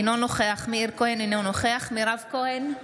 אינו נוכח מאיר כהן, אינו נוכח מירב כהן,